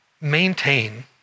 maintain